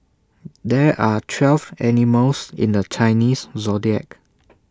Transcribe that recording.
there are twelve animals in the Chinese Zodiac